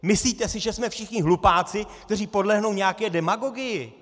Myslíte si, že jsme všichni hlupáci, kteří podlehnou nějaké demagogii?!